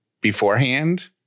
beforehand